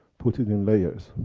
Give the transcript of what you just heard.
put it in layers,